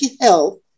health